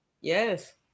Yes